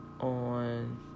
on